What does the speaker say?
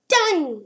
Done